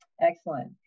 Excellent